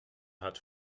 hat